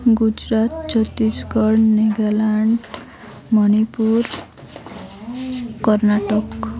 Gujarat Chhattisgarh Nagaland Manipur Karnataka